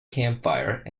campfire